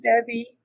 Debbie